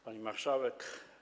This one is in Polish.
Pani Marszałek!